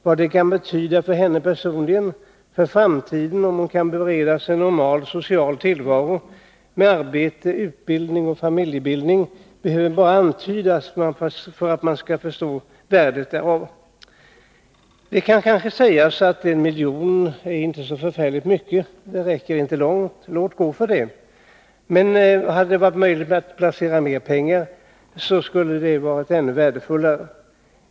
Vad det kan betyda för henne personligen för framtiden, om hon kan beredas en normal social tillvaro med arbete, utbildning och familjebildning, behöver bara antydas för att man skall förstå värdet av en sådan verksamhet. Det kan kanske sägas att 1 milj.kr. inte är så förfärligt mycket, att det inte räcker långt, och låt gå för det — hade det varit möjligt att placera mer pengar på detta område skulle det ha varit värdefullt.